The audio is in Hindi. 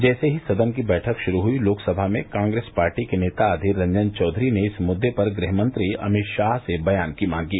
जैसे ही सदन की बैठक शुरू हुई लोकसभा में कांग्रेस पार्टी के नेता अधीर रंजन चौधरी ने इस मुद्दे पर गृहमंत्री अमित शाह से बयान की मांग की